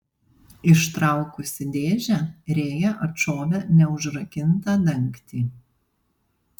ištraukusi dėžę rėja atšovė neužrakintą dangtį